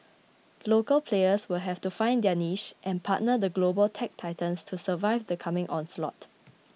local players will have to find their niche and partner the global tech titans to survive the coming onslaught